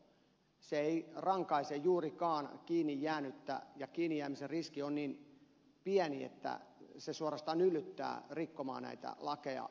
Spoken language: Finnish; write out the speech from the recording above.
se ei rankaise juurikaan kiinni jäänyttä ja kiinni jäämisen riski on niin pieni että se suorastaan yllyttää rikkomaan näitä lakeja